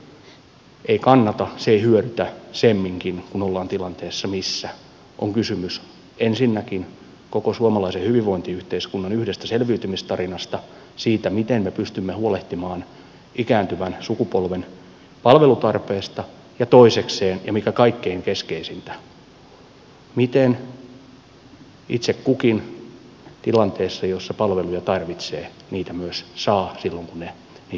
se ei kannata se ei hyödytä semminkin kun ollaan tilanteessa missä on kysymys ensinnäkin koko suomalaisen hyvinvointiyhteiskunnan yhdestä selviytymistarinasta siitä miten me pystymme huolehtimaan ikääntyvän sukupolven palvelutarpeesta ja toisekseen siitä ja mikä kaikkein keskeisintä miten itse kukin tilanteessa jossa palveluja tarvitsee niitä myös saa silloin kun tarvetta on